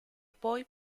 poi